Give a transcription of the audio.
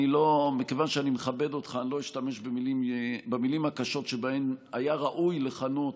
מכיוון שאני מכבד אותך אני לא אשתמש במילים הקשות שבהן היה ראוי לכנות